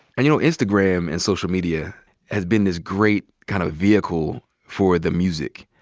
and, you know, instagram and social media has been this great kind of vehicle for the music.